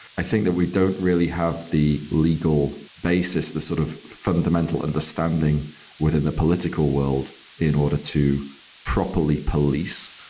i think that we don't really have the legal basis, the sort of fundamental understanding within the political world in order to properly police